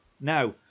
now